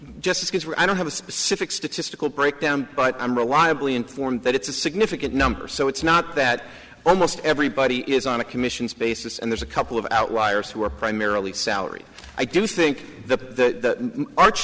justice i don't have a specific statistical breakdown but i'm reliably informed that it's a significant number so it's not that almost everybody is on a commissions basis and there's a couple of outliers who are primarily salary i do think the arch